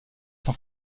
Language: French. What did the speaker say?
san